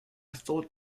thought